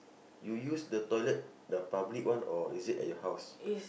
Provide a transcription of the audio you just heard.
you use the toilet the public one or is it at your house